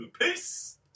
Peace